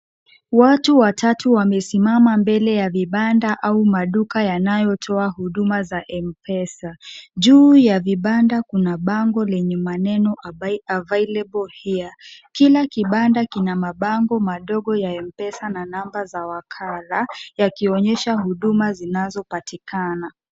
Watu watatu wamesimama mbele ya vibanda au maduka yanayotoa huduma za M-Pesa. Juu ya vibanda kuna bango lenye maneno available here . Kila kibanda kina mabango madogo ya M-Pesa na namba za wakala, yakionyesha huduma zinazopatikana.